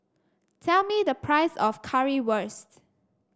tell me the price of Currywurst